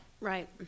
right